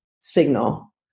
signal